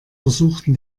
versuchten